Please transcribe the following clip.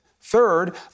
Third